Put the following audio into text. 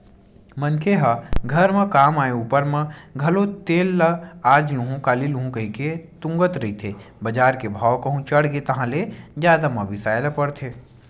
मनखे ह घर म काम आय ऊपर म घलो तेल ल आज लुहूँ काली लुहूँ कहिके तुंगत रहिथे बजार के भाव कहूं चढ़गे ताहले जादा म बिसाय ल परथे